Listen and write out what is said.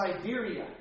Siberia